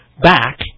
back